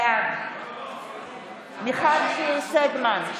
בעד מיכל שיר סגמן,